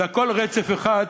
הכול רצף אחד,